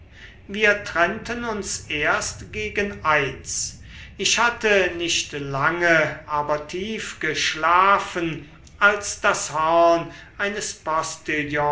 wir trennten uns erst gegen eins ich hatte nicht lange aber tief geschlafen als das horn eines